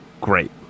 great